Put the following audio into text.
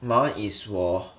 my [one] is 我